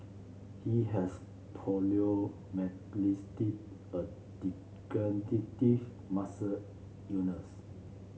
he has a muscle illness